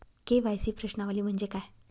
KYC प्रश्नावली म्हणजे काय?